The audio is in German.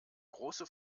große